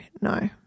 no